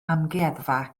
amgueddfa